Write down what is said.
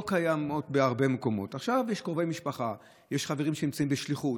יש עכשיו קרובי משפחה או חברים שנמצאים בשליחות,